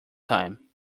time